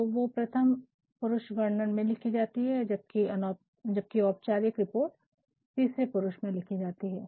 तो वो प्रथम पुरुष वर्णन में लिखी जाती है जबकि औपचारिक रिपोर्ट तीसरे पुरुष में लिखी जाती है